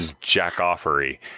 jack-offery